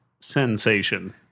sensation